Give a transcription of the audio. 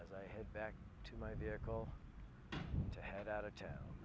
as i head back to my vehicle to head out of town